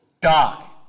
die